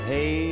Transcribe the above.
Hey